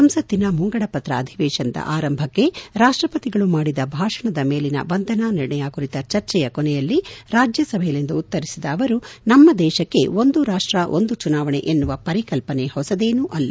ಸಂಸತ್ತಿನ ಮುಂಗಡಪತ್ರ ಅಧಿವೇಶನದ ಆರಂಭಕ್ಕೆ ರಾಪ್ಲಪತಿಗಳು ಮಾಡಿದ ಭಾಷಣದ ಮೇಲಿನ ವಂದನಾ ನಿರ್ಣಯ ಕುರಿತ ಚರ್ಚೆಯ ಕೊನೆಯಲ್ಲಿ ರಾಜ್ಯಸಭೆಯಲ್ಲಿಂದು ಉತ್ತರಿಸಿದ ಅವರು ನಮ್ನ ದೇಶಕ್ಕೆ ಒಂದು ರಾಷ್ಷ ಒಂದು ಚುನಾವಣೆ ಎನ್ನುವ ಪರಿಕಲ್ಪನೆ ಹೊಸದೇನೂ ಅಲ್ಲ